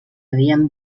havien